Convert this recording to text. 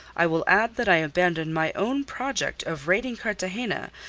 i will add that i abandoned my own project of raiding cartagena,